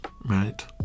right